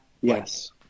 yes